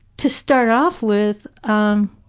to start off with, um